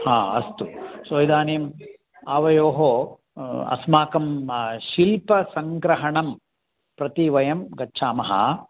हा अस्तु सो इदानीम् आवयोः अस्माकं शिल्पसङ्ग्रहं प्रति वयं गच्छामः